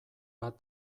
bat